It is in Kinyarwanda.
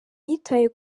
yitaye